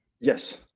Yes